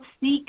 seek